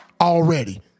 already